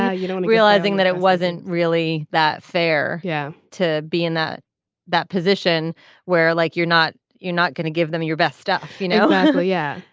ah you don't realizing that it wasn't really that fair. yeah. to be in that that position where like you're not you're not going to give them your best stuff you know. yeah.